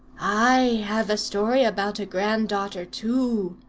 i have a story about a granddaughter, too,